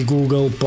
Google